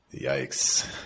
Yikes